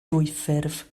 dwyffurf